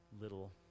little